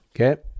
Okay